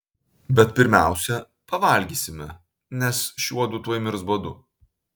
bet pirmiausia pavalgysime nes šiuodu tuoj mirs badu